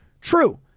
True